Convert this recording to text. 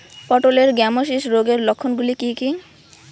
পটলের গ্যামোসিস রোগের লক্ষণগুলি কী কী?